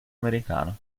americano